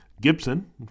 Gibson